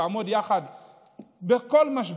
לעמוד יחד בכל משבר,